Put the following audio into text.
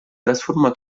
trasforma